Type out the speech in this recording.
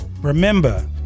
Remember